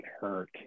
hurt